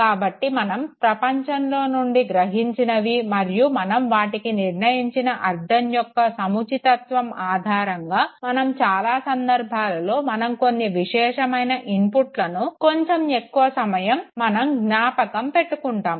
కాబట్టి మనం ప్రపంచంలో నుండి గ్రహించినవి మరియు మనం వాటికి నిర్ణయించిన అర్ధం యొక్క సముచితత్వం ఆధారంగా మనం చాలా సంధార్భాలలో మనం కొన్ని విశేషమైన ఇన్పుట్లను కొంచం ఎక్కువ సమయం మనం జ్ఞాపకం పెట్టుకుంటాము